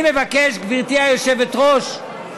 גברתי היושבת-ראש,